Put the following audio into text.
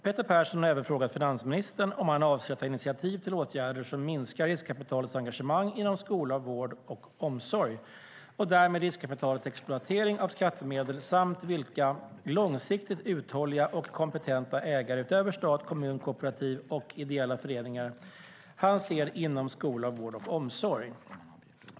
Peter Persson har även frågat finansministern om han avser att ta initiativ till åtgärder som minskar riskkapitalets engagemang inom skola, vård och omsorg och därmed riskkapitalets exploatering av skattemedel samt vilka långsiktigt uthålliga och kompetenta ägare utöver stat, kommun, kooperativ och ideella föreningar han ser inom skola, vård och omsorg.